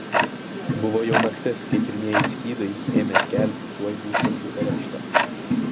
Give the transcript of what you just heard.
buvo jau naktis kai pirmieji skydai ėmė skelbti tuoj būsiant bukareštą